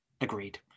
agreed